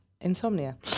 insomnia